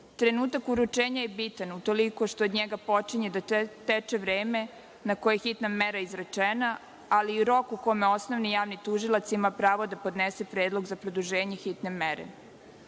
Trenutak uručenja je bitan utoliko što od njega počinje da teče vreme na koje je hitna mera izrečena, ali i rok u kome osnovni javni tužilac ima pravo da podnese predlog za produženje hitne